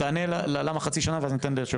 תענה למה חצי שנה ואז ניתן ליושב ראש.